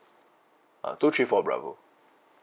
uh two three four bravo